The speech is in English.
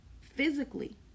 physically